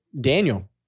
Daniel